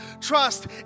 trust